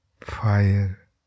fire